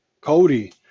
Cody